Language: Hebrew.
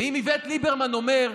ואם איווט ליברמן אומר: